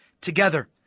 together